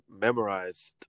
memorized